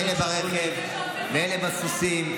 באיזה מעגל, בוסו.